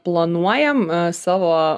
planuojam savo